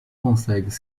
consegue